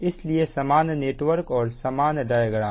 इसलिए समान नेटवर्क और समान डायग्राम